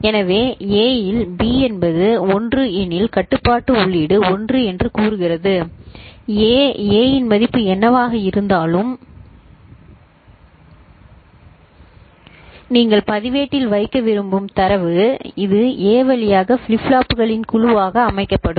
எனவே A இல் B என்பது 1 எனில் கட்டுப்பாட்டு உள்ளீடு 1 என்று கூறுகிறது A A இன் மதிப்பு என்னவாக இருந்தாலும் நீங்கள் பதிவேட்டில் வைக்க விரும்பும் தரவு இது A வழியாக ஃபிளிப் ஃப்ளாப்புகளின் குழுவாக அனுப்பப்படும்